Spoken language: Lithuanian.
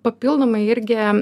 papildomai irgi